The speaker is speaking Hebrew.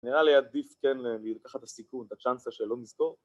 נראה לי עדיף כן לקחת את הסיכון, את הצ'אנסה של לא לזכור